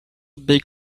big